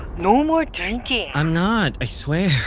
no more drinking i'm not. i swear